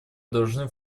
должны